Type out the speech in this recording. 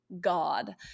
God